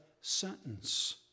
sentence